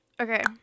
Okay